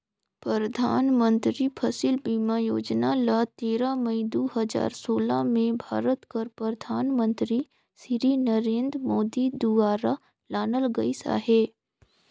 परधानमंतरी फसिल बीमा योजना ल तेरा मई दू हजार सोला में भारत कर परधानमंतरी सिरी नरेन्द मोदी दुवारा लानल गइस अहे